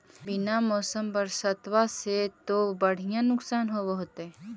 बिन मौसम बरसतबा से तो बढ़िया नुक्सान होब होतै?